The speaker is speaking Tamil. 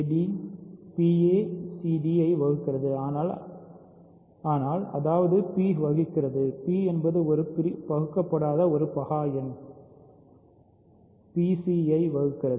p acd ஐ வகுக்கிறது ஆனால் அதாவது p வகுக்கிறது p என்பது ஒரு பிரிக்கப்படாத ஒரு பகா எண் p c ஐ வகுக்கிறது